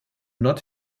not